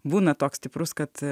būna toks stiprus kad